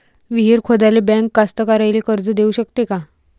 विहीर खोदाले बँक कास्तकाराइले कर्ज देऊ शकते का?